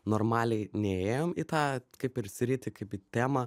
normaliai nėjom į tą kaip ir sritį kaip į temą